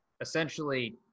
essentially